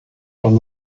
from